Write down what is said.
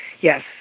Yes